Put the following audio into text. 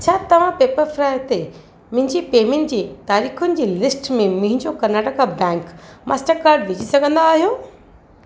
छा तव्हां पेपरफ़्राय ते मुंहिंजी पेमेंटयुनि जे तारीख़नि जी लिस्ट में मुहिंजो कर्नाटक बैंक मास्टर कार्ड विझी सघंदा आहियो